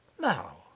Now